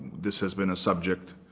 this has been a subject,